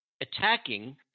attacking